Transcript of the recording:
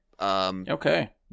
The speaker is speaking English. Okay